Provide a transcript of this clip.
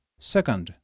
Second